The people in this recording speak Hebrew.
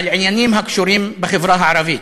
על עניינים הקשורים בחברה הערבית.